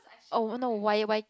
oh no why why